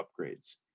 upgrades